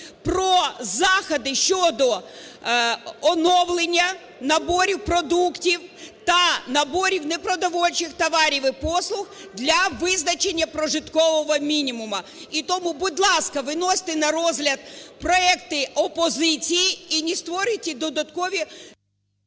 про заходи щодо оновлення наборів продуктів та наборів непродовольчих товарів і послуг для визначення прожиткового мінімуму. І тому, будь ласка, виносьте на розгляд проекти опозиції і не створюйте додаткові…